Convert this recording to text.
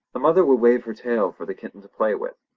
the mother would wave her tail for the kitten to play with,